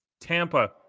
Tampa